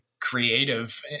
creative